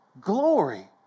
glory